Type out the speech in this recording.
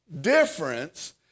difference